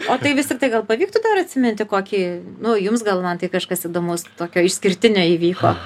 o tai vis tiktai gal pavyktų dar atsiminti kokį nu jums gal mantai kažkas įdomaus tokio išskirtinio įvyko